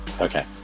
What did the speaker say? Okay